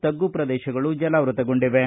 ತಗ್ಗು ಪ್ರದೇಶಗಳು ಜಲಾವೃತ್ತಗೊಂಡಿವೆ